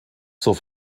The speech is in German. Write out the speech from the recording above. zur